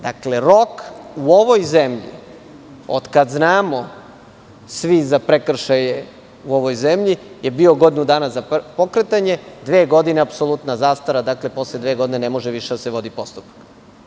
Dakle, rok u ovoj zemlji, od kada znamo svi za prekršaje u ovoj zemlji, je bio godinu dana za pokretanje, dve godine je apsolutna zastarelost, dakle, posle dve godine ne može više da se vodi postupak.